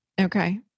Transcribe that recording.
Okay